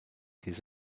his